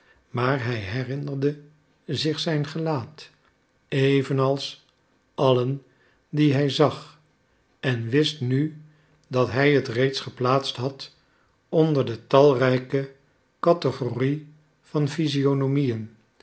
maar hij herinnerde zich zijn gelaat evenals allen die hij zag en wist nu dat hij het reeds geplaatst had onder de talrijke catagorie van